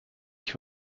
ich